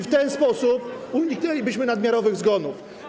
W ten sposób uniknęlibyśmy nadmiarowych zgonów.